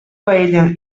paella